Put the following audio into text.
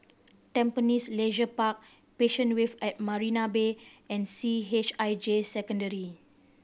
Tampines Leisure Park Passion Wave at Marina Bay and C H I J Secondary